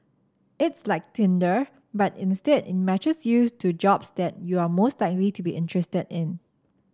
it's like tinder but instead it matches yours to jobs that you are most likely to be interested in